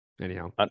Anyhow